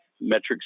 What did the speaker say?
metrics